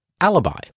alibi